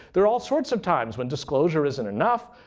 there are all sorts of times when disclosure isn't enough.